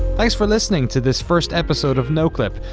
thanks for listening to this first episode of noclip.